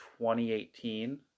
2018